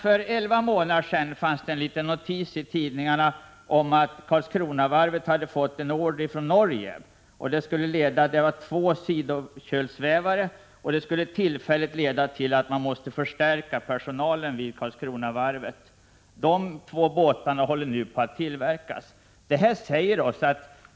För elva månader sedan fanns det en liten notis i tidningarna om att Karlskronavarvet hade fått en order från Norge på två civila sidokölssvävare. Det skulle leda till att Karlskronavarvet tillfälligt behövde förstärkningar på personalsidan. Dessa två båtar håller nu på att tillverkas.